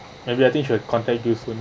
maybe I think should contact use phone